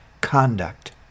conduct